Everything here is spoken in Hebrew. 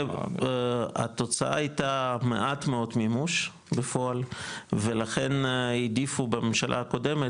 התוצאה הייתה מעט מאוד מימוש בפועל ולכן העדיפו בממשלה הקודמת,